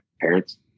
parents